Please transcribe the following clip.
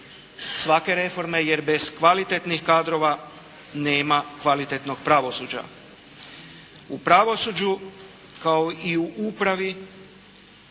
svake reforme jer zbog kvalitetnih kadrove nema kvalitetnog pravosuđa. U pravosuđu, kao i u upravi,